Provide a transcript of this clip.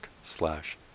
slash